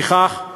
לפיכך,